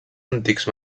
antics